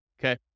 okay